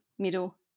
Middle